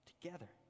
together